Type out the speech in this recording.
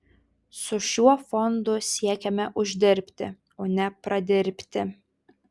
su šiuo fondu siekiame uždirbti o ne pradirbti